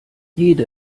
jede